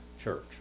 Church